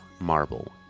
marble